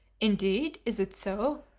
indeed, is it so?